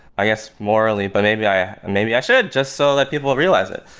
i guess morally, but maybe i and maybe i should just so that people realize it.